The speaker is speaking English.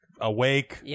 Awake